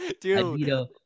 Dude